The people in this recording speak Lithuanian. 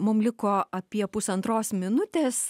mum liko apie pusantros minutės